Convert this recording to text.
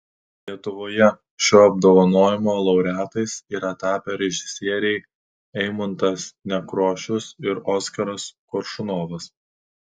lietuvoje šio apdovanojimo laureatais yra tapę režisieriai eimuntas nekrošius ir oskaras koršunovas